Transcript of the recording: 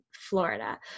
Florida